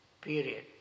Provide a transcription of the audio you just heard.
period